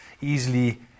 easily